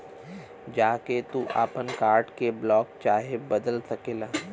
जा के तू आपन कार्ड के ब्लाक चाहे बदल सकेला